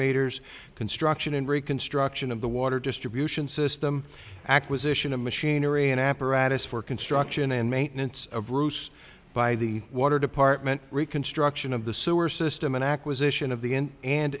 meters construction and reconstruction of the water distribution system acquisition of machinery and apparatus for construction and maintenance of bruce by the water department reconstruction of the sewer system and acquisition of the end